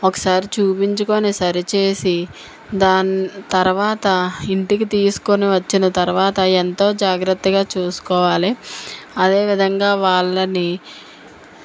ఒకసారి చూపించుకొని సరి చేసి దాని తర్వాత ఇంటికి తీసుకొని వచ్చిన తర్వాత ఎంతో జాగ్రత్తగా చూసుకోవాలి అదేవిధంగా వాళ్ళని